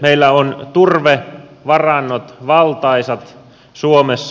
meillä on valtaisat turvevarannot suomessa